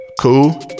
Cool